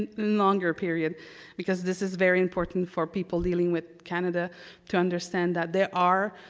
and longer period because this is very important for people dealing with canada to understand that there are